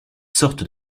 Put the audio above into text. sortes